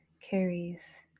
carries